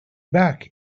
back